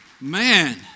Man